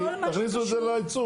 תכניסו את זה לעיצום.